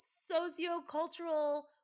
socio-cultural